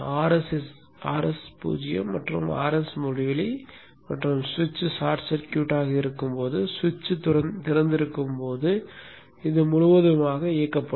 Rs 0 மற்றும் Rs முடிவிலி மற்றும் சுவிட்ச் ஷார்ட் சர்க்யூட்டாக இருக்கும் போது சுவிட்ச் திறந்திருக்கும் போது முழுவதுமாக இயக்கப்படும்